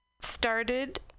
started